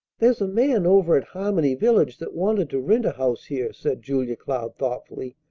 there's a man over at harmony village that wanted to rent a house here, said julia cloud thoughtfully.